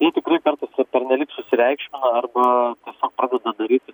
jie tikrai kartais vat pernelyg susireikšmina arba tiesiog pradeda daryti